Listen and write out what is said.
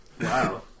Wow